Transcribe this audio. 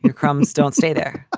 and crumbs. don't stay there.